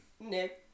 Nick